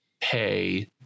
pay